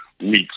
weeks